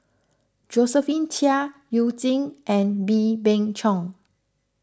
Josephine Chia You Jin and Wee Beng Chong